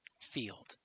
field